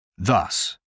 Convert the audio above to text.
Thus